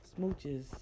smooches